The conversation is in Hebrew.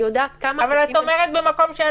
אני יודעת כמה --- אבל את אומרת שבמקום שאין